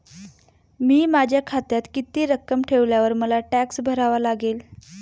मी माझ्या खात्यात किती रक्कम ठेवल्यावर मला टॅक्स भरावा लागेल?